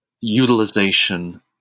utilization